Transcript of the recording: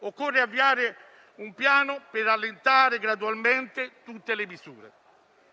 Occorre avviare un piano per allentare gradualmente tutte le misure,